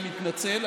אני מתנצל,